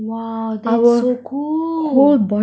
!wah! that's so cool